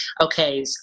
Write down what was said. okay